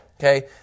Okay